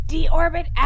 Deorbit